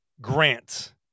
Grant